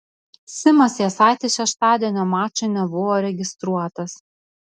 simas jasaitis šeštadienio mačui nebuvo registruotas